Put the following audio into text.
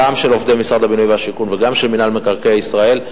גם של עובדי משרד הבינוי והשיכון וגם של מינהל מקרקעי ישראל,